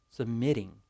Submitting